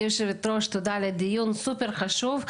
גברתי יושבת הראש, תודה על הדיון החשוב הזה.